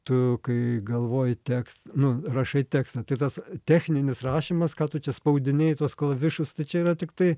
tu kai galvoji teks nu rašai tekstą tai tas techninis rašymas ką tu čia spaudinėji tuos klavišus tai čia yra tiktai